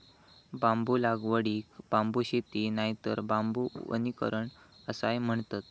बांबू लागवडीक बांबू शेती नायतर बांबू वनीकरण असाय म्हणतत